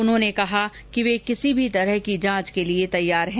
उन्होंने कहा कि वे किसी भी तरह की जांच के लिए तैयार हैं